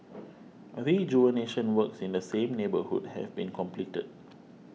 rejuvenation works in the same neighbourhood have been completed